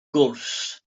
gwrs